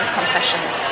concessions